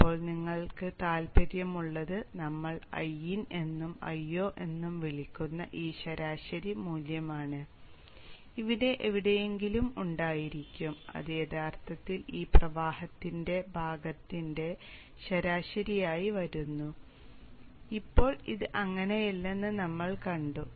ഇപ്പോൾ നിങ്ങൾക്ക് താൽപ്പര്യമുള്ളത് നമ്മൾ Iin എന്നും Io എന്നും വിളിക്കുന്ന ഈ ശരാശരി മൂല്യമാണ് ഇവിടെ എവിടെയെങ്കിലും ഉണ്ടായിരിക്കും അത് യഥാർത്ഥത്തിൽ ഈ പ്രവാഹത്തിന്റെ ഭാഗത്തിന്റെ ശരാശരിയായി വരുന്നു ഇപ്പോൾ അത് അങ്ങനെയല്ലെന്ന് നമ്മൾ കണ്ടു